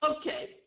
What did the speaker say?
Okay